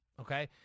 okay